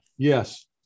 Yes